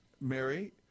Mary